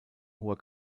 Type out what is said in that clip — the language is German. hoher